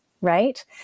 right